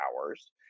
hours